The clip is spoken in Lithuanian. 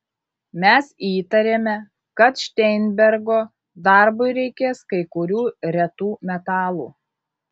mes įtarėme kad šteinbergo darbui reikės kai kurių retų metalų